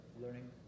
learning